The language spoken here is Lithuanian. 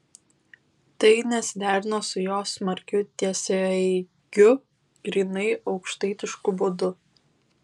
tai nesiderino su jo smarkiu tiesiaeigiu grynai aukštaitišku būdu